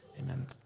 Amen